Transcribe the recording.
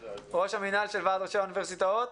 דבורה מייצגת את האוניברסיטאות.